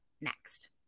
next